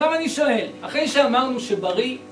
עכשיו אני שואל, אחרי שאמרנו שבריא...